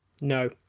No